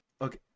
Okay